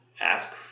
ask